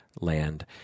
land